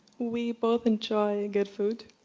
we both enjoy good food.